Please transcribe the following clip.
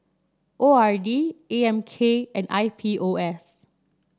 O R D A M K and I P O S